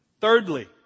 Thirdly